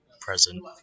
present